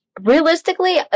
Realistically